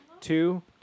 two